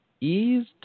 eased